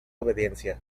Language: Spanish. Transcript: obediencia